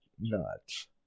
nuts